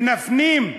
ושנפנים,